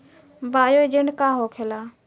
Bio agent का होखेला?